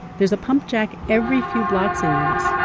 there's a pump jack every few blocks in eunice,